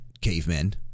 cavemen